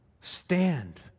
Stand